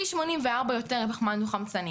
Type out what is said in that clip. פי 84 יותר מפחמן דו-חמצני.